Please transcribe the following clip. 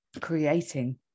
creating